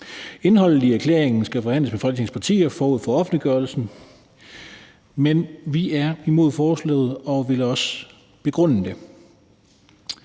Indholdet i erklæringen skal forhandles med Folketingets partier forud for offentliggørelsen.« Men vi er imod forslaget og vil også begrunde det.